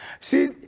See